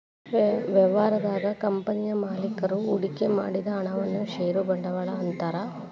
ವ್ಯವಹಾರದಾಗ ಕಂಪನಿಯ ಮಾಲೇಕರು ಹೂಡಿಕೆ ಮಾಡಿದ ಹಣವನ್ನ ಷೇರ ಬಂಡವಾಳ ಅಂತಾರ